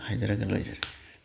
ꯍꯥꯏꯖꯔꯒ ꯂꯣꯏꯖꯔꯒꯦ